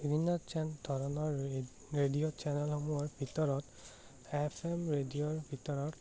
বিভিন্ন চেন ধৰণৰ ৰে ৰেডিঅ' চেনেলসমূহৰ ভিতৰত এফ এম ৰেডিঅ'ৰ ভিতৰত